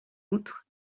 outre